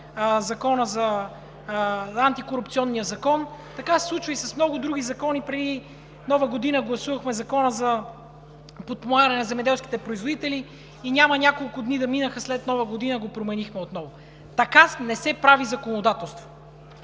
случи с Антикорупционния закон. Така се случва и с много други закони. Преди Нова година гласувахме Закона за подпомагане на земеделските производители и няма няколко дни да минаха след Нова година, и го променихме отново. Така не се прави законодателство.